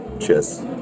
Cheers